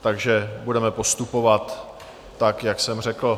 Takže budeme postupovat tak, jak jsem řekl.